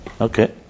Okay